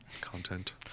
Content